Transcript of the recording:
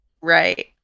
Right